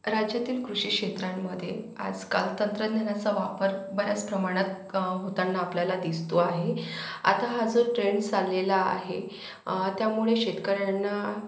राज्यातील कृषी क्षेत्रांमध्ये आजकाल तंत्रज्ञानाचा वापर बऱ्याच प्रमाणात होताना आपल्याला दिसतो आहे आता हा जो ट्रेंड चाललेला आहे त्यामुळे शेतकऱ्यांना